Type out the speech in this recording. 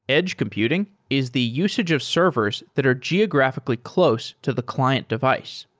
edge computing is the usage of servers that are geographically close to the client device.